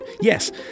yes